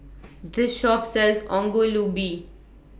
This Shop sells Ongol Ubi